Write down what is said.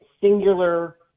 singular